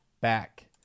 Back